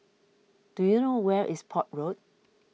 do you know where is Port Road